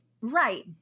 Right